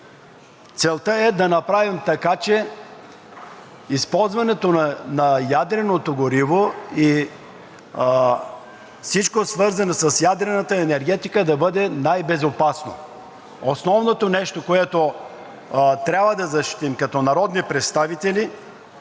Целта е да направим така, че използването на ядреното гориво и всичко, свързано с ядрената енергетика, да бъде най-безопасно. Основното нещо, което трябва да защитим като народни представители,